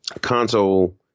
console